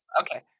Okay